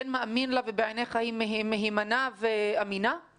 מאמין לה ובעיניך היא מהימנה ואמינה מלבד QS?